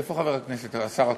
איפה חבר הכנסת השר אקוניס?